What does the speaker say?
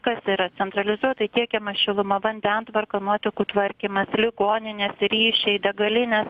kas tai yra centralizuotai tiekiama šiluma vandentvarka nuotekų tvarkymas ligoninės ryšiai degalinės